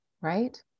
right